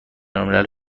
المللی